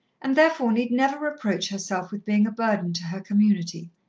and therefore need never reproach herself with being a burden to her community.